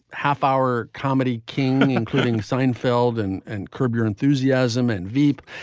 half hour comedy king, including seinfeld and and curb your enthusiasm and veep.